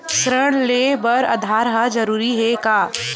ऋण ले बर आधार ह जरूरी हे का?